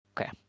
Okay